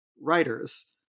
writers